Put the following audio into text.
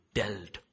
dealt